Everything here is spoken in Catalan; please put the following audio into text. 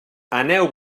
aneu